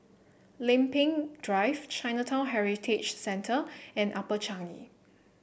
Lempeng Drive Chinatown Heritage Centre and Upper Changi